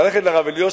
ללכת לרב אלישיב,